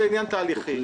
זה עניין תהליכי.